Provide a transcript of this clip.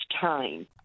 time